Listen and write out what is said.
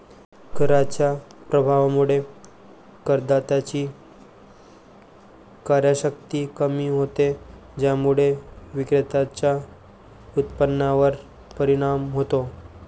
कराच्या प्रभावामुळे करदात्याची क्रयशक्ती कमी होते, ज्यामुळे विक्रेत्याच्या उत्पन्नावर परिणाम होतो